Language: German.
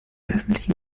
öffentlichen